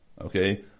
Okay